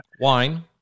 wine